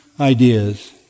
ideas